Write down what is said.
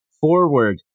forward